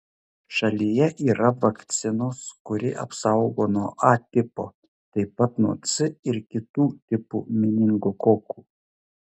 šalyje yra vakcinos kuri apsaugo nuo a tipo taip pat nuo c ir kitų tipų meningokokų